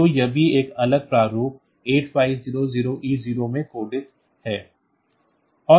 तो यह भी एक अलग प्रारूप 8500E0 में कोडित है